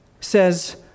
says